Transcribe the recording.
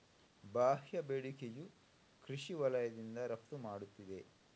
ಬಾಹ್ಯ ಬೇಡಿಕೆಯು ಕೃಷಿ ವಲಯದಿಂದ ರಫ್ತು ಮಾಡುತ್ತಿದೆ